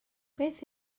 beth